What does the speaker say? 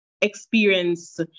experience